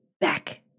back